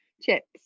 Chips